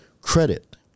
credit